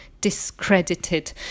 discredited